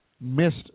missed